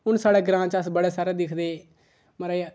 हून साढे ग्रांऽ अस बड़े सारे दिखदे महाराज